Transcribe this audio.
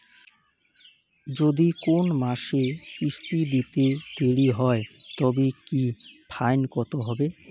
যদি কোন মাসে কিস্তি দিতে দেরি হয় তবে কি ফাইন কতহবে?